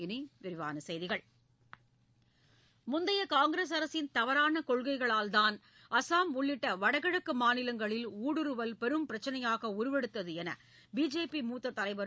இனி விரிவான செய்திகள் முந்தைய காங்கிரஸ் அரசின் தவறான கொள்கைகளால்தான் அஸ்ஸாம் உள்ளிட்ட வடகிழக்கு மாநிலங்களில் ஊடுருவல் பெரும் பிரச்னையாக உருவெடுத்தது என பிஜேபி மூத்த் தலைவரும்